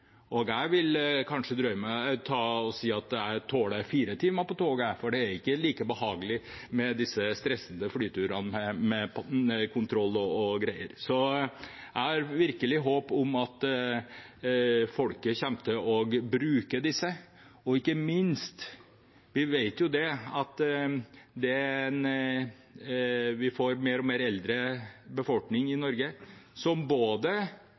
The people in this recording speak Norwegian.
fire timer på toget, jeg, for det er ikke like behagelig med disse stressende flyturene med kontroll og greier. Så jeg har virkelig håp om at folket kommer til å bruke disse. Og ikke minst, vi vet at vi får en stadig eldre befolkning i Norge, som kanskje både har råd til å reise mer, er ganske fysisk sterke og gjerne vil ha opplevelser i